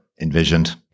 envisioned